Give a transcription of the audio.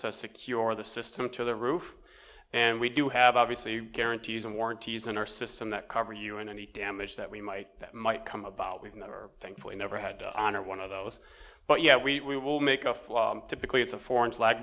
to secure the system to the roof and we do have obviously guarantees and warranties in our system that cover you and any damage that we might that might come about we've never thankfully never had on or one of those but yeah we will make a fly typically it's a foreign fla